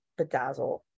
bedazzle